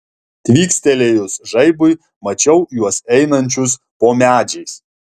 tvykstelėjus žaibui mačiau juos einančius po medžiais